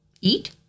Eat